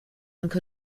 anche